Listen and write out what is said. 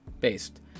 Based